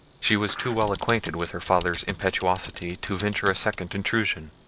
she was too well acquainted with her father's impetuosity to venture a second intrusion.